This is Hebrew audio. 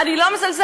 אני לא מזלזלת,